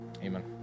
amen